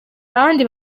abandi